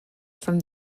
from